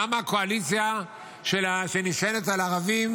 למה הקואליציה שנשענת על ערבים,